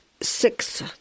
six